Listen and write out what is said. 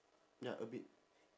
ya a bit